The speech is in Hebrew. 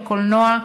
בקולנוע,